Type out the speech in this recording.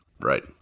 Right